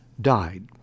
died